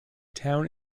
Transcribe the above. town